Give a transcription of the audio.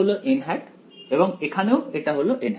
এটা হল এবং এখানেও এটা হল